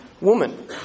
woman